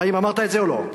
האם אמרת את זה או לא?